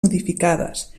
modificades